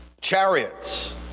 Chariots